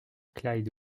clyde